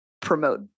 promote